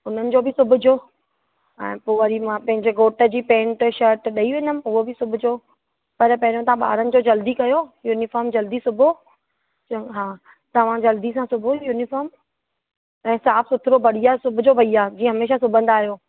उन्हनि जो बि सिबिजो ऐं पोइ वरी मां पंहिंजे घोट जी पैंट शर्ट ॾेई वेंदमि उहो बि सिबिजो पर पहरियों तव्हां ॿारनि जो जल्दी कयो यूनिफ़ॉम जल्दी सिबो चङो हा तव्हां जल्दी सां सिबो यूनिफ़ॉम ऐं साफ़ु सुथिरो बढ़िया सिबिजो भैया जीअं हमेशह सिबंदा आहियो